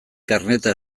karneta